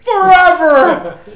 forever